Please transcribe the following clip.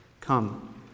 Come